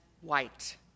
white